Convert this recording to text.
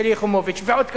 שלי יחימוביץ ועוד כמה,